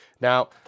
Now